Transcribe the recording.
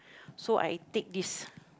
so I take this